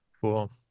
Cool